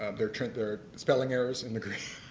um there are spelling errors in the greeek.